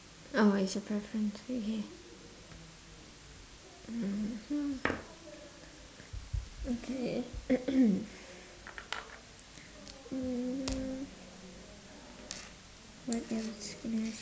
orh it's your preference okay mmhmm okay mmhmm what else can I ask